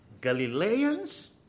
Galileans